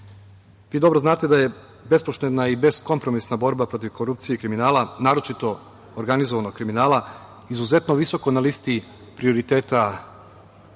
Vi dobro znate da je bespoštedna i beskompromisna borba protiv korupcije i kriminala, naročito organizovanog kriminala, izuzetno visoko na listi prioriteta i